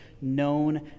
known